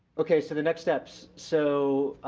okay, so the next steps. so,